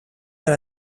per